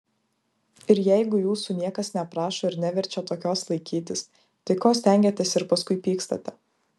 ir jeigu jūsų niekas neprašo ir neverčia tokios laikytis tai ko stengiatės ir paskui pykstate